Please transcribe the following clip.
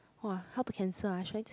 !wah! how to cancel ah should I just